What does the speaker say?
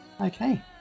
Okay